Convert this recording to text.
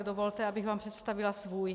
Dovolte, abych vám představila svůj.